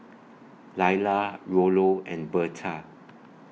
Laila Rollo and Bertha